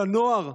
לנוער?